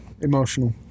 emotional